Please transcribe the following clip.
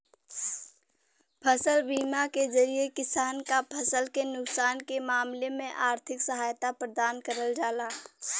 फसल बीमा के जरिये किसान क फसल के नुकसान के मामले में आर्थिक सहायता प्रदान करल जाला